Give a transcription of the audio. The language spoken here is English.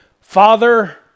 Father